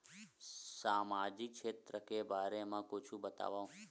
सामजिक क्षेत्र के बारे मा कुछु बतावव?